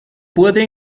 puede